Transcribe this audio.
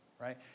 right